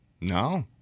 No